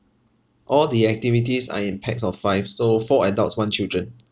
all the activities are in pax of five so four adults one children